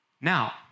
Now